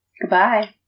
Goodbye